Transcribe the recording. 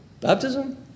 Baptism